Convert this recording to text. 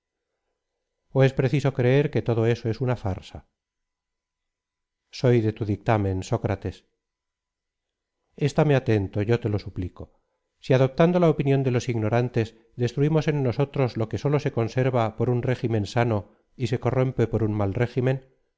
es preciso creer que todo eso es una farsa soy de tu dictamen sócrates estame atento yo te lo suplico si adoptándola opinión de los ignorantes destruimos en nosotros lo que sólo se conserva por un régimen sano y se corrompe por un mal régimen